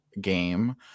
game